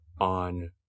on